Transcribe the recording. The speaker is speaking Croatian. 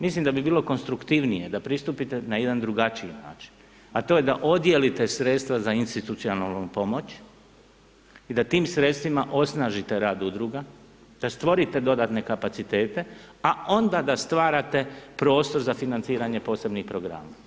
Mislim da bi bilo konstruktivnije da pristupite na jedan drugačiji način a to je da odijelite sredstva za institucionalnu pomoć i da tim sredstvima osnažite rad udruga, da stvorite dodatne kapacitete a onda da stvarate prostor za financiranje posebnih programa.